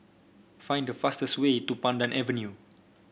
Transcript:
find the fastest way to Pandan Avenue